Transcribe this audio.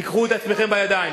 תיקחו את עצמכם בידיים.